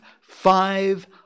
five